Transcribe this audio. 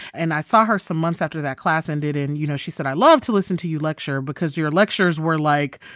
and i saw her some months after that class ended. and, you know, she said, i love to listen to you lecture because your lectures were, like,